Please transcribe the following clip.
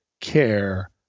care